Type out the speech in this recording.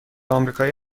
آمریکایی